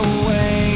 away